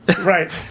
Right